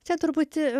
čia truputį